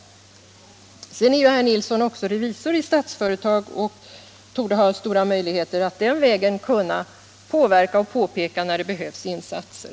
Herr Nilsson är ju också revisor i Statsföretag och torde ha stora möjligheter att den vägen påverka och påpeka när det behövs insatser.